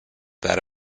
that